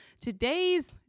today's